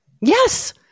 Yes